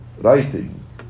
writings